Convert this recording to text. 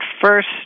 first